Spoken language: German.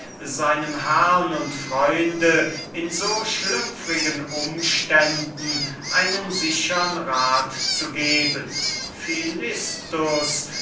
seinem herrn und freunde in so delikaten umständen einen sichern rat zu geben